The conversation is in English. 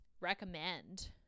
Recommend